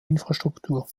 infrastruktur